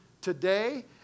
today